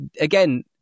again